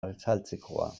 azaltzekoa